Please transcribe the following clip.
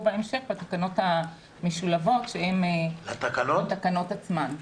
בהמשך בתקנות המשולבות שהן התקנות עצמן.